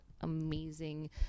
amazing